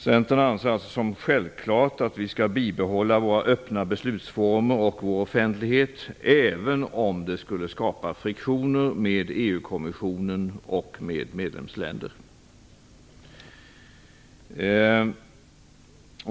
Centern anser det vara självklart att vi skall bibehålla våra öppna beslutsformer och vår offentlighet, även om det skulle skapa friktioner med EU-kommissionen och med medlemsländer.